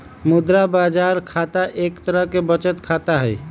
मुद्रा बाजार खाता एक तरह के बचत खाता हई